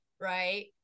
right